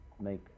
make